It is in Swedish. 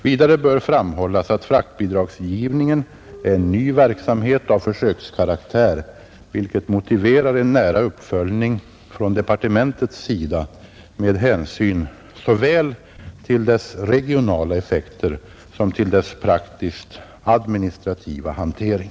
Vidare bör framhållas att fraktbidragsgivningen är en ny verksamhet av försökskaraktär, vilket motiverar en nära uppföljning från departementets sida med hänsyn såväl till dess regionala effekter som till dess praktisk-administrativa hantering.